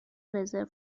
رزرو